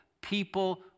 people